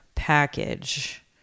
package